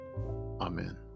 Amen